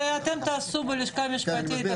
את זה אתם תעשו בלשכה המשפטית.